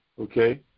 okay